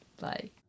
Bye